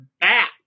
back